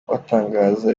batangaza